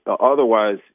otherwise